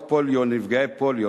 פ/480/18,